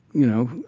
you know,